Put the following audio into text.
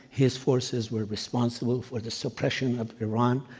his forces were responsible for the suppression of iran.